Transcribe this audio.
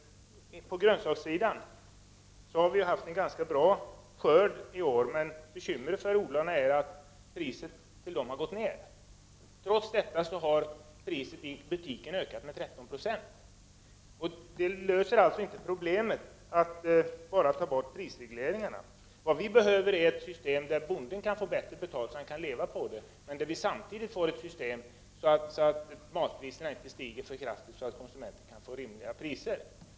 Vi har haft en ganska bra skörd av grönsaker i år. Men bekymret för odlarna är att betalningen till dem har gått ner. Trots detta har priset i butiken ökat med 13 96. Att bara ta bort prisregleringarna löser alltså inte problemet. Vi behöver ett system, där bonden får bättre betalt så att han kan leva, men där samtidigt matpriserna inte stiger för kraftigt så att konsumenterna får betala orimliga priser.